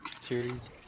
series